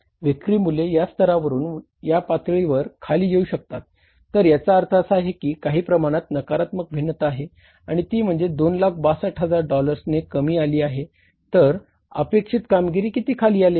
विक्री मूल्ये या स्तरावरुन या पातळीवर खाली येऊ शकतात तर याचा अर्थ असा आहे की काही प्रमाणात नकारात्मक भिन्नता आहे आणि ती म्हणजे 262000 डॉलर्सने कमी आली आहे तर अपेक्षित कामगिरी किती खाली आली आहे